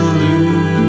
lose